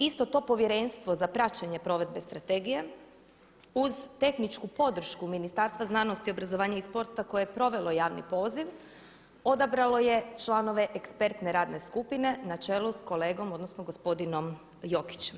Isto to Povjerenstvo za praćenje provedbe Strategije uz tehničku podršku Ministarstva znanosti, obrazovanja i sporta koje je provelo javni poziv odabralo je članove ekspertne radne skupine na čelu sa kolegom, odnosno gospodinom Jokićem.